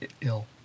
ill